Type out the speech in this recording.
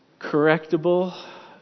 Correctable